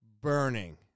burning